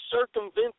circumvent